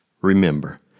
Remember